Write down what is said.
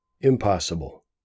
impossible